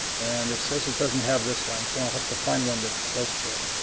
and it says it doesn't have this lens. we'll have to find one that's close to it.